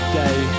day